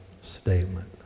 statement